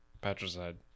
patricide